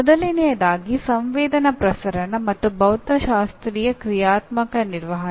ಮೊದಲನೆಯದಾಗಿ ಸಂವೇದನಾ ಪ್ರಸರಣ ಮತ್ತು ಭೌತಶಾಸ್ತ್ರೀಯ ಕ್ರಿಯಾತ್ಮಕ ನಿರ್ವಹಣೆ